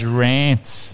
rants